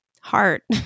heart